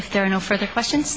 if there are no further question